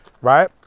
right